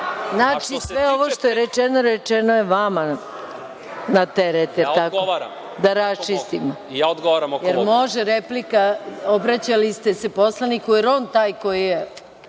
Znači, sve ovo što je rečeno, rečeno je vama na teret, da raščistimo? Da li može replika? Obraćali ste se poslaniku. Da li je on taj koji je